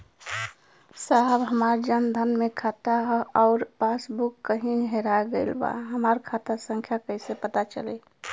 साहब हमार जन धन मे खाता ह अउर पास बुक कहीं हेरा गईल बा हमार खाता संख्या कईसे पता चली?